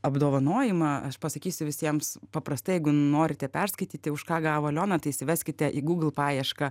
apdovanojimą aš pasakysiu visiems paprastai jeigu norite perskaityti už ką gavo aliona tai įsiveskite į gugl paiešką